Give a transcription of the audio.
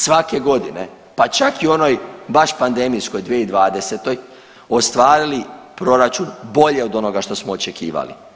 Svake godine pa čak i u onoj baš pandemijskoj 2020. ostvarili proračun bolje od onoga što smo očekivali.